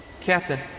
Captain